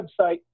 website